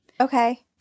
Okay